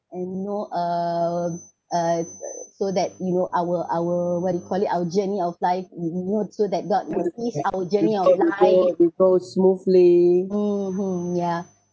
and you know uh uh so that you know our our what do you call it our journey of life mm mm mm so that god will ease our journey of life mmhmm ya